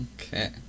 Okay